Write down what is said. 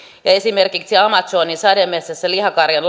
ja esimerkiksi amazonin sademetsässä lihakarjan